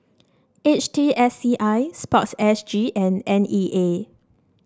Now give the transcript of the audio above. H T S C I sports S G and N E A